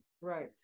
right